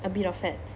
a bit of fats